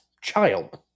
child